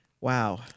Wow